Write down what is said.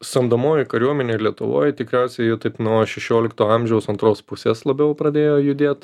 samdomoji kariuomenė lietuvoj tikriausiai taip nuo šešiolikto amžiaus antros pusės labiau pradėjo judėt